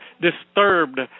disturbed